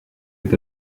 est